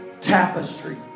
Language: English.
Tapestry